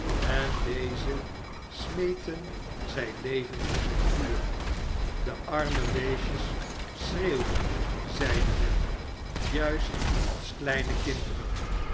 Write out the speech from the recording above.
en dezesmeten zij levend in het vuur de arme beestjes schreeuwden zeide men juist als kleine kinderen